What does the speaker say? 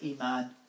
iman